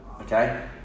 okay